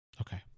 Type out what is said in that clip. Okay